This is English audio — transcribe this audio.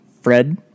Fred